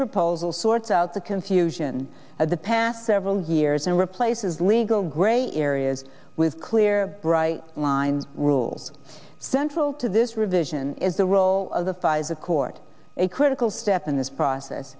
proposal sorts out the confusion of the past several years and replaces legal gray areas with clear bright line rule central to this revision is the role of the pfizer court a critical step in this process